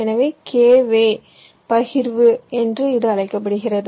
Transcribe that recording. எனவே K வே பகிர்வு என்று இது அழைக்கப்படுகிறது